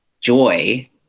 joy